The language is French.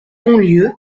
bonlieu